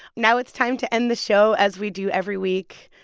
now it's time to end the show as we do every week.